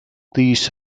these